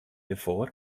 derfoar